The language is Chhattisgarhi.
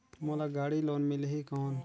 मोला गाड़ी लोन मिलही कौन?